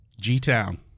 G-Town